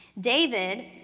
David